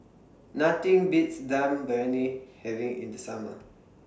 Nothing Beats Dum having in The Summer